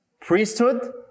priesthood